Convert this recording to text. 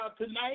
Tonight